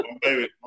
baby